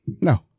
No